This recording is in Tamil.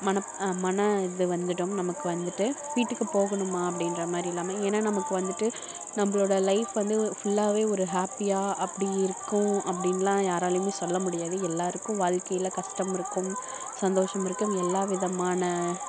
மன மன இது வந்துவிடும் நமக்கு வந்துவிட்டு வீட்டுக்கு போகணுமா அப்படீன்ற மாதிரி எல்லாமே ஏன்னா நமக்கு வந்துவிட்டு நம்மளோட லைஃப் வந்து ஒரு ஃபுல்லாகவே ஒரு ஹாப்பியாக அப்படி இருக்கும் அப்படீன்லாம் யாராலேயுமே சொல்ல முடியாது எல்லோருக்கும் வாழ்க்கையில் கஷ்டம் இருக்கும் சந்தோஷம் இருக்கும் எல்லா விதமான